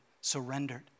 surrendered